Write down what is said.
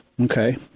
Okay